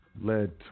led